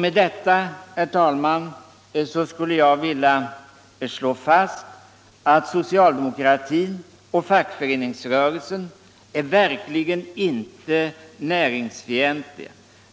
Med detta, herr talman, skulle jag vilja slå fast att socialdemokratin och fackföreningsrörelsen är verkligen inte näringsfientliga,